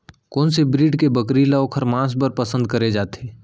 कोन से ब्रीड के बकरी ला ओखर माँस बर पसंद करे जाथे?